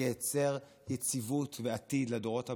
ייצר יציבות ועתיד לדורות הבאים,